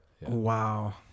wow